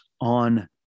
on